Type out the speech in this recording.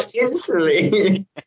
instantly